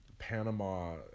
Panama